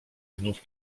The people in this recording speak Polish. znów